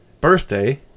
birthday